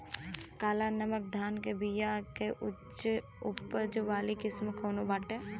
काला नमक धान के बिया के उच्च उपज वाली किस्म कौनो बाटे?